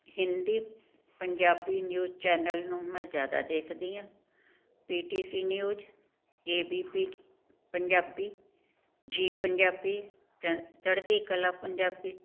Hindi Punjabi news channel ਨੂੰ ਮੈਂ ਜ਼ਿਆਦਾ ਦੇਖਦੀ ਹਾਂ P T C news A B P Punjabi Zee Punjabi ਚ ਚੜ੍ਹਦੀ ਕਲਾ ਪੰਜਾਬੀ